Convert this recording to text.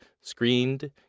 screened